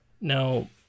Now